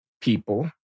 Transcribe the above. people